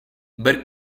but